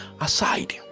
aside